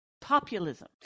populism